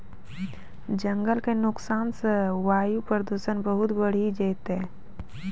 जंगल के नुकसान सॅ वायु प्रदूषण बहुत बढ़ी जैतै